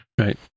Right